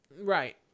right